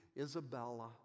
Isabella